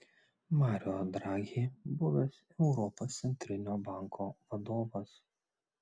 mario draghi buvęs europos centrinio banko vadovas